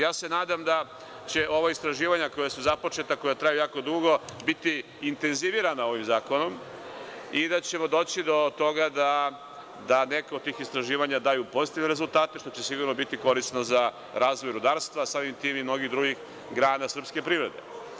Ja se nadam da će ova istraživanja koja su započeta, koja traju jako dugo, biti intenzivirana ovim zakonom i da ćemo doći do toga da neka od tih istraživanja daju pozitivne rezultate, što će sigurno biti korisno za razvoj rudarstva, a samim tim i mnogih drugih grana srpske privrede.